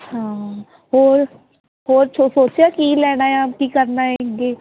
ਹਾਂ ਹੋਰ ਹੋਰ ਸੋ ਸੋਚਿਆ ਕੀ ਲੈਣਾ ਆ ਕੀ ਕਰਨਾ ਹੈ ਅੱਗੇ